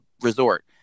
resort